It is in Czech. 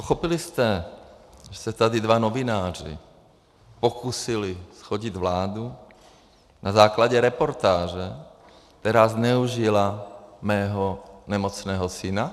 Pochopili jste, že se tady dva novináři pokusili shodit vládu na základě reportáže, která zneužila mého nemocného syna?